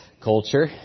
culture